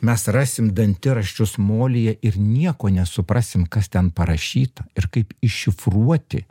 mes rasim dantiraščius molyje ir nieko nesuprasim kas ten parašyta ir kaip iššifruoti